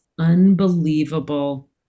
unbelievable